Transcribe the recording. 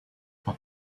but